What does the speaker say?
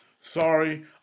Sorry